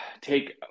take